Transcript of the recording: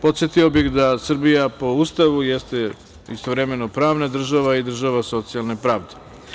Podsetio bih da Srbija po Ustavu jeste istovremeno pravna država i država socijalne pravde.